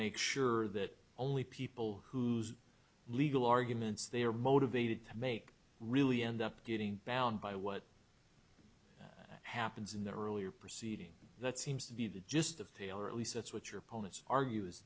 make sure that only people whose legal arguments they are motivated to make really end up getting bound by what happens in their earlier proceeding that seems to be the gist of the or at least that's what your opponent argue is